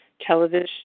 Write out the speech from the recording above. television